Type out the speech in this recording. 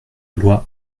loi